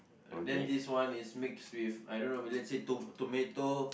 then this one is mixed with I don't know maybe let's say tom~ tomato